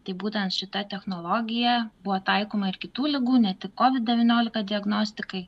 tai būtent šita technologija buvo taikoma ir kitų ligų ne tik kovid devyniolika diagnostikai